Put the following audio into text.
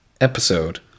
episode